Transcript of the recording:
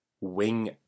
wing